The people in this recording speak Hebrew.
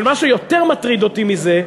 אבל מה שיותר מטריד אותי מזה,